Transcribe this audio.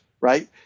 Right